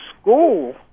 school